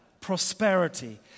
prosperity